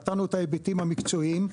נתנו את ההיבטים המקצועיים,